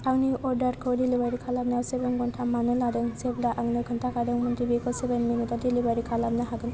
आंनि अर्डारखौ डेलिभारि खालामनायाव सेभेन घन्टा मानो लादों जेब्ला आंनो खोनथाखादोंमोन दि बेखौ सेभेन मिनिटाव डेलिभारि खालामनो हागोन